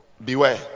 Beware